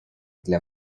для